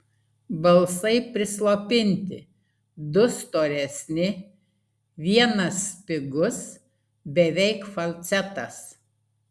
balsai prislopinti du storesni vienas spigus beveik falcetas